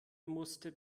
musste